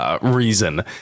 reason